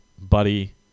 buddy